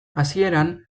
hasieran